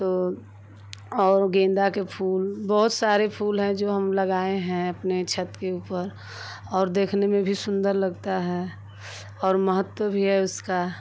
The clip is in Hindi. तो और गेन्दा के फूल बहुत सारे फूल हैं जो हम लगाए हैं अपनी छत के ऊपर और देखने में भी सुन्दर लगता है और महत्व भी है उसका